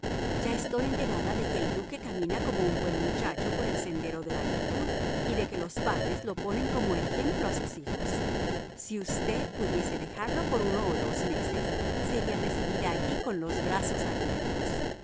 ya estoy enterada de que el duque camina como un buen muchacho por el sendero de la virtud y de que los padres lo ponen como ejemplo a sus hijos si usted pudiese dejarlo por uno o dos meses sería recibida aquí con los brazos abiertos